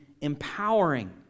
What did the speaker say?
empowering